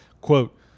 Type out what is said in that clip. quote